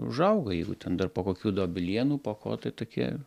užauga jeigu ten dar po kokių dobilienų po ko tai tokie